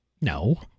No